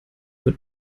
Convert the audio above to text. wird